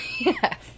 Yes